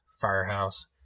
Firehouse